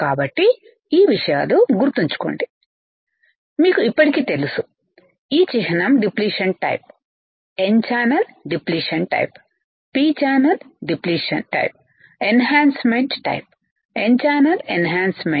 కాబట్టి ఈ విషయాలు గుర్తుంచుకోండి మీకు ఇప్పటికే తెలుసు ఈ చిహ్నం depletion type n channel depletion type p channel depletion type enhancement type n channel enhancement